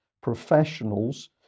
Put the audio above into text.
professionals